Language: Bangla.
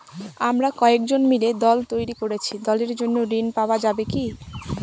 আমরা কয়েকজন মিলে দল তৈরি করেছি দলের জন্য ঋণ পাওয়া যাবে কি?